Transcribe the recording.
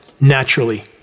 naturally